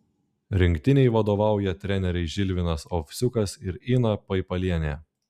rinktinei vadovauja treneriai žilvinas ovsiukas ir ina paipalienė